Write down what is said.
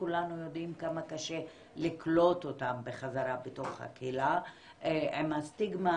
כולנו יודעים כמה קשה לקלוט אותן בחזרה בתוך הקהילה עם הסטיגמה,